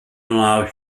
allows